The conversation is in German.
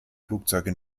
flugzeuge